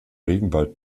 regenwald